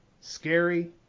scary